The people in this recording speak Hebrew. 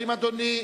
האם אדוני,